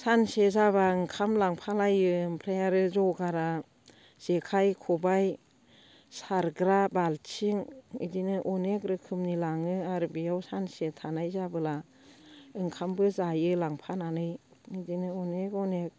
सानसे जाबा ओंखाम लांफालायो ओमफ्राय आरो जगारा जेखाइ खबाय सारग्रा बाल्थिं बिदिनो अनेक रोखोमनि लाङो आरो बेयाव सानसे थानाय जाबोला ओंखामबो जायो लांफानानै बिदिनो अनेक अनेक